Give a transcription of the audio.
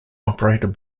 operated